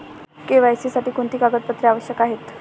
KYC साठी कोणती कागदपत्रे आवश्यक आहेत?